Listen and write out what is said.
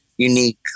unique